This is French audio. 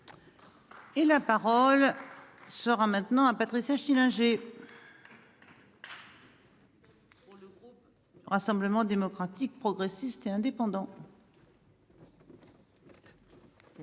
Et la parole. Sera maintenant à Patricia Schillinger. Le groupe. Rassemblement démocratique progressiste et indépendant. Madame